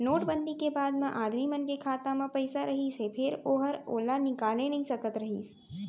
note बंदी के बाद म आदमी मन के खाता म पइसा रहिस हे फेर ओहर ओला निकाले नइ सकत रहिस